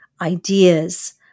ideas